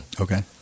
Okay